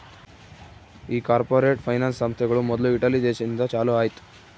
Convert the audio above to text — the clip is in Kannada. ಈ ಕಾರ್ಪೊರೇಟ್ ಫೈನಾನ್ಸ್ ಸಂಸ್ಥೆಗಳು ಮೊದ್ಲು ಇಟಲಿ ದೇಶದಿಂದ ಚಾಲೂ ಆಯ್ತ್